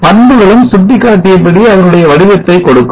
பண்புகளும் சுட்டிக்காட்டியபடி அதனுடைய வடிவத்தை கொடுக்கும்